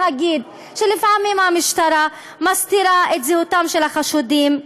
להגיד שלפעמים המשטרה מסתירה את זהותם של החשודים,